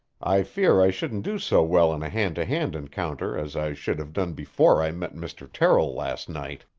i fear i shouldn't do so well in a hand-to-hand encounter as i should have done before i met mr. terrill last night.